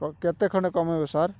କେତେ ଖଣ୍ଡେ କମାଇବ ସାର୍